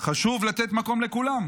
חשוב לתת מקום לכולם.